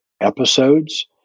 episodes